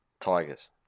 Tigers